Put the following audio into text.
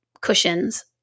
cushions